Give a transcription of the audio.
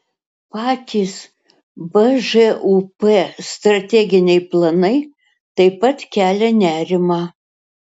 patys bžūp strateginiai planai taip pat kelia nerimą